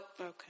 Okay